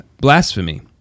blasphemy